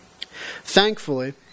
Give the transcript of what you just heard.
Thankfully